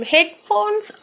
Headphones